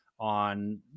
on